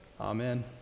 Amen